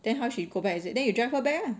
then how she go back is it then you drive her back ah